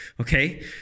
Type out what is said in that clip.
Okay